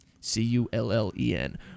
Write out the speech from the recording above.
C-U-L-L-E-N